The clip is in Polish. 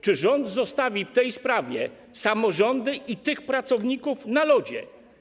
Czy rząd zostawi w tej sprawie samorządy i tych pracowników na lodzie?